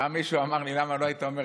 פעם מישהו אמר לי: למה לא היית אומר,